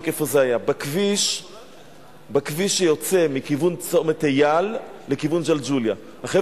בחור צעיר נסע